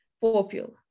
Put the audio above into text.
popular